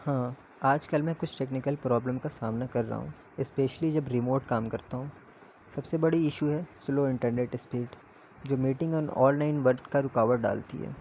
ہاں آج کل میں کچھ ٹیکنیکل پرابلم کا سامنا کر رہا ہوں اسپیشلی جب ریموٹ کام کرتا ہوں سب سے بڑی ایشو ہے سلو انٹرنیٹ اسپیڈ جو میٹنگ اور آن لائن ورک کا رکاوٹ ڈالتی ہے